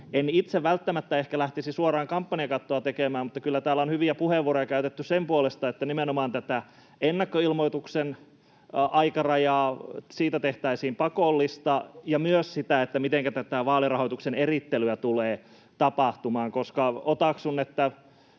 En itse välttämättä ehkä lähtisi suoraan kampanjakattoa tekemään, mutta kyllä täällä on hyviä puheenvuoroja käytetty sen puolesta, että nimenomaan tästä ennakkoilmoituksen aikarajasta tehtäisiin pakollista, ja myös siitä, mitenkä tätä vaalirahoituksen erittelyä tulee tapahtumaan. Otaksun, että